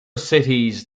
cities